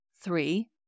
Three